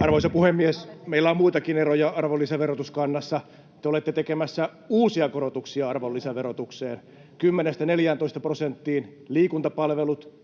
Arvoisa puhemies! Meillä on muitakin eroja arvonlisäverotuskannassa. Te olette tekemässä uusia korotuksia arvonlisäverotukseen: Kymmenestä 14 prosenttiin liikuntapalvelut,